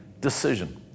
decision